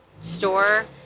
store